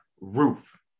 roof